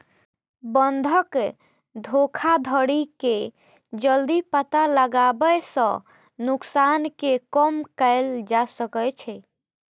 बंधक धोखाधड़ी के जल्दी पता लगाबै सं नुकसान कें कम कैल जा सकै छै